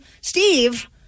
Steve